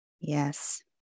Yes